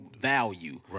value